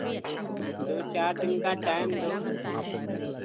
दो चार दिन का टाइम दो